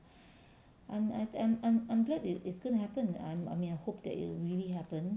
I'm I'm I'm I'm I'm glad it is going gonna happen I'm I mean I hope that it will really happen